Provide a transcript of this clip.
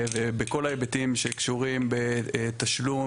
בכל ההיבטים שקשורים בתשלום,